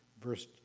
Verse